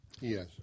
Yes